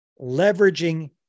leveraging